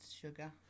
sugar